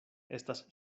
estas